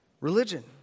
religion